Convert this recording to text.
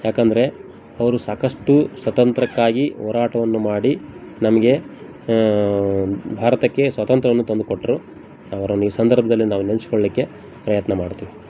ಏಕಂದ್ರೆ ಅವರು ಸಾಕಷ್ಟು ಸ್ವಾತಂತ್ರ್ಯಕ್ಕಾಗಿ ಹೋರಾಟವನ್ನು ಮಾಡಿ ನಮಗೆ ಭಾರತಕ್ಕೆ ಸ್ವಾತಂತ್ರ್ಯವನ್ನು ತಂದು ಕೊಟ್ಟರು ಅವ್ರನ್ನು ಈ ಸಂದರ್ಭದಲ್ಲಿ ನಾವು ನೆನೆಸ್ಕೊಳ್ಲಿಕ್ಕೆ ಪ್ರಯತ್ನ ಮಾಡ್ತೀವಿ